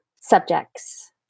subjects